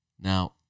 Now